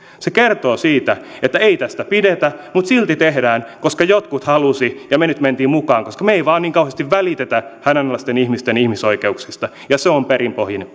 se kertoo siitä että ei tästä pidetä mutta silti tehdään koska jotkut halusi ja me nyt mentiin mukaan koska me ei vaan niin kauheesti välitetä hädänalaisten ihmisten ihmisoikeuksista ja se on perin pohjin